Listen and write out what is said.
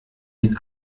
den